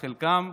את חלקן,